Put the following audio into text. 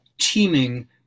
teeming